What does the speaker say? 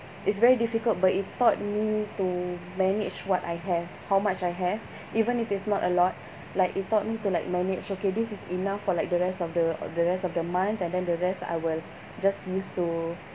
it's very difficult but it taught me to manage what I have how much I have even if it's not a lot like it taught me to like manage okay this is enough for like the rest of the the rest of the month and then the rest I will just use to